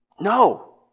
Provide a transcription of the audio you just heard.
No